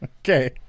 Okay